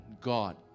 God